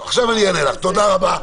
תשמעי מה אני מציע.